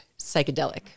psychedelic